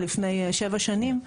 לפני 7 שנים,